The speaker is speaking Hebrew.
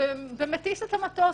ומטיס את המטוס?